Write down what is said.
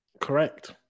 Correct